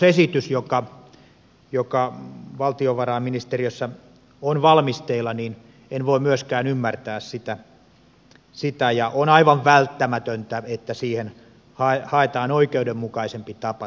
kilometrikorvausten leikkausesitystä joka valtiovarainministeriössä on valmisteilla en voi myöskään ymmärtää ja on aivan välttämätöntä että haetaan oikeudenmukaisempi tapa